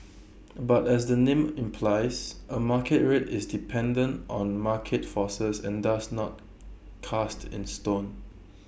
but as the name implies A market rate is dependent on market forces and thus not cast in stone